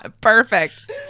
Perfect